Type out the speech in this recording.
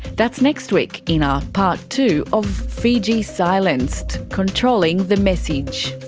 that's next week in our part two of fiji silenced controlling the message.